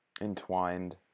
Entwined